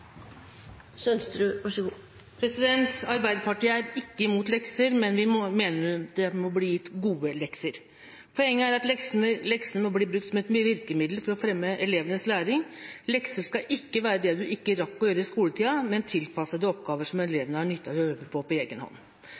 Sønsterud – til oppfølgingsspørsmål. Arbeiderpartiet er ikke imot lekser, men vi mener det må bli gitt gode lekser. Poenget er at leksene må bli brukt som et virkemiddel for å fremme elevenes læring. Lekser skal ikke være det en ikke rakk å gjøre i skoletida, men tilpassede oppgaver som elevene har nytte av å øve på